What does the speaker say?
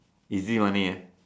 easy money ah